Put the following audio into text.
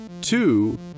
two